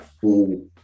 full